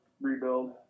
rebuild